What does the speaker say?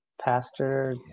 pastor